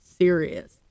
serious